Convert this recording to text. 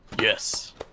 Yes